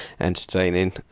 entertaining